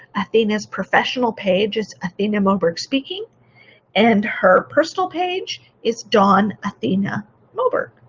athena's professional page is athena moberg speaking and her personal page is dawn athena moberg.